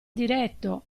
diretto